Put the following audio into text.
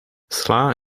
sla